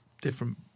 different